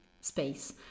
space